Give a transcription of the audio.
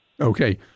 Okay